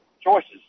choices